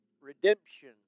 redemption